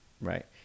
right